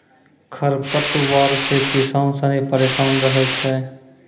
खरपतवार से किसान सनी परेशान रहै छै